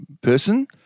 person